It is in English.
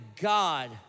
God